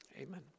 Amen